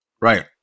right